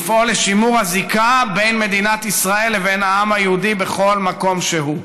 לפעול לשימור הזיקה בין מדינת ישראל לבין העם היהודי בכל מקום שהוא.